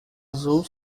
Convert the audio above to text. azul